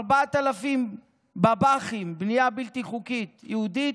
4,00 בב"חים, בנייה בלתי חוקית, של יהודים,